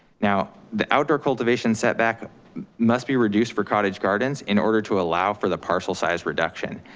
now, the outdoor cultivation setback must be reduced for cottage gardens in order to allow for the partial size reduction.